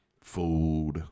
food